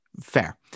Fair